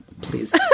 please